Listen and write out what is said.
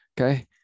okay